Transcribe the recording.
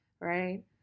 right